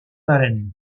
allen